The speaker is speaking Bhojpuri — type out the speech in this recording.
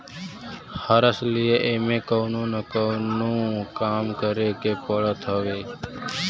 हर सलिए एमे कवनो न कवनो काम करे के पड़त हवे